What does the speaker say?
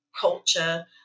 culture